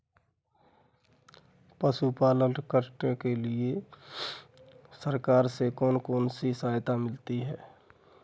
पशु पालन करने के लिए सरकार से कौन कौन सी सहायता मिलती है